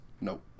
Nope